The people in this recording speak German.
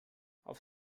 auf